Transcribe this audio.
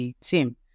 team